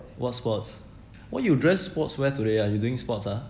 what sports why you dress sportswear today are you doing sports ah